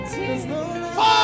Four